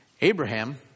Abraham